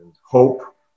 hope